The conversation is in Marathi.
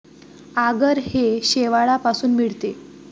आगर हे शेवाळापासून मिळते